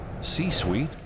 C-Suite